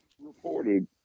reported